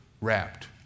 wrapped